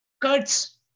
cuts